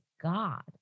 God